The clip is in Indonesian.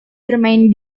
bermain